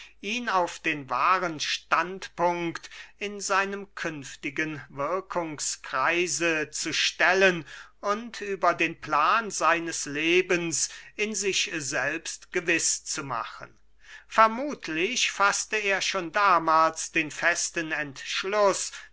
ihn auf den wahren standpunkt in seinem künftigen wirkungskreise zu stellen und über den plan seines lebens in sich selbst gewiß zu machen vermuthlich faßte er schon damahls den festen entschluß